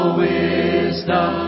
wisdom